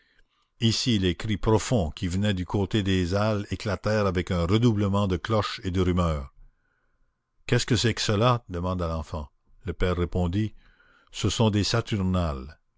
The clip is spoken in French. ici les cris profonds qui venaient du côté des halles éclatèrent avec un redoublement de cloche et de rumeur qu'est-ce que c'est que cela demanda l'enfant le père répondit ce sont des saturnales